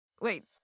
Wait